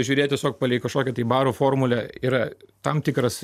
žiūrėt tiesiog palei kažkokią tai baro formulę yra tam tikras